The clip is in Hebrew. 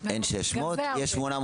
אין 600. יש 800